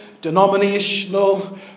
denominational